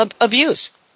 abuse